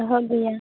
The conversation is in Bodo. ओहो गैया